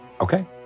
Okay